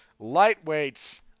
lightweights